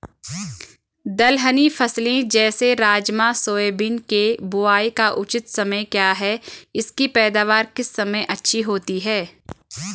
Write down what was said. दलहनी फसलें जैसे राजमा सोयाबीन के बुआई का उचित समय क्या है इसकी पैदावार किस समय अच्छी होती है?